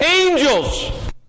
Angels